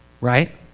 right